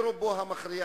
ברובו המכריע,